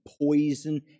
poison